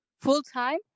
full-time